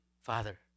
Father